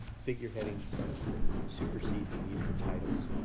figure headings supersede the need for titles.